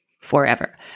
forever